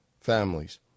families